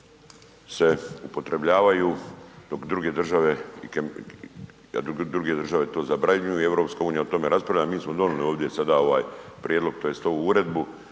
se upotrebljavaju dok druge države to zabranjuju i EU o tome raspravlja, a mi smo donijeli sada ovdje ovaj prijedlog tj. ovu uredbu